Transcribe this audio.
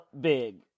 big